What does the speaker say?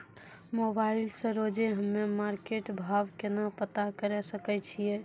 Mobile से रोजे हम्मे मार्केट भाव केना पता करे सकय छियै?